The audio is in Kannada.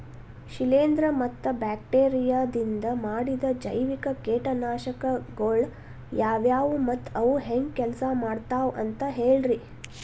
ಶಿಲೇಂಧ್ರ ಮತ್ತ ಬ್ಯಾಕ್ಟೇರಿಯದಿಂದ ಮಾಡಿದ ಜೈವಿಕ ಕೇಟನಾಶಕಗೊಳ ಯಾವ್ಯಾವು ಮತ್ತ ಅವು ಹೆಂಗ್ ಕೆಲ್ಸ ಮಾಡ್ತಾವ ಅಂತ ಹೇಳ್ರಿ?